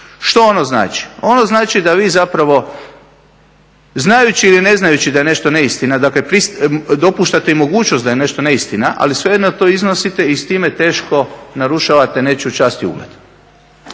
što ono znači? Ono znači da vi zapravo znajući ili ne znajući da je nešto neistina dopuštate i mogućnost da je nešto neistina, ali svejedno da to iznosite i s time teško narušavate nečiju čast i ugled.